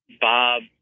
Bob